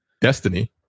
Destiny